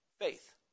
Faith